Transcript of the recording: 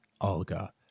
olga